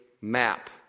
map